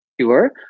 sure